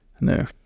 No